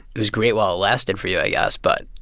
it was great while it lasted for you, i guess. but,